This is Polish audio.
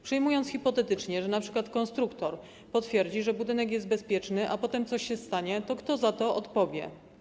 Przyjmując hipotetycznie, że np. konstruktor potwierdzi, że budynek jest bezpieczny, a potem coś się stanie, to kto za to odpowie?